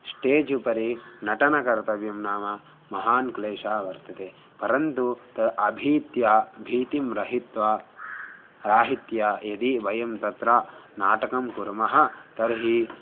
stage उपरि नटनं कर्तव्यं नाम महान् क्लेशः वर्तते परन्तु तत् अभीत्या भीतिं रहितं राहित्यं यदि वयं तत्र नाटकं कुर्मः तर्हि